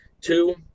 Two